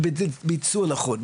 וביצוע לחוד.